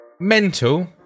mental